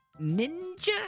ninja